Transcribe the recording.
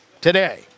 Today